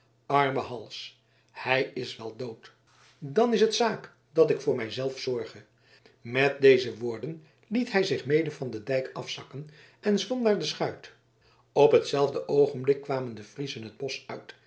arme hals hij is wel dood dan is het zaak dat ik voor mij zelf zorge met deze woorden liet hij zich mede van den dijk afzakken en zwom naar de schuit op hetzelfde oogenblik kwamen de friezen het bosch uit